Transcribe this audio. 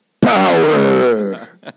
Power